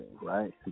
right